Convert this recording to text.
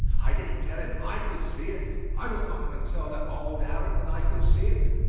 i didn't tell him i could see it i was not going to tell that old arab that i could see it.